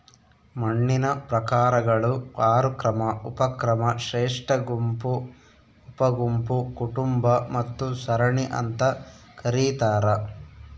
ಮಣ್ಣಿನ ಪ್ರಕಾರಗಳು ಆರು ಕ್ರಮ ಉಪಕ್ರಮ ಶ್ರೇಷ್ಠಗುಂಪು ಉಪಗುಂಪು ಕುಟುಂಬ ಮತ್ತು ಸರಣಿ ಅಂತ ಕರೀತಾರ